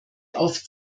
auf